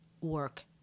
work